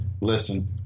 listen